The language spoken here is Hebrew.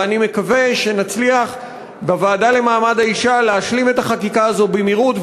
ואני מקווה שנצליח בוועדה למעמד האישה להשלים את החקיקה הזאת במהירות,